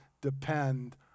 depend